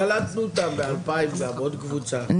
קלטנו אותם ב-2000, גם עוד קבוצה.